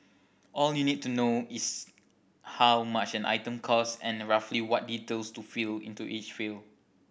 all you need to know is how much an item cost and roughly what details to fill into each field